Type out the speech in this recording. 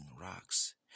rocks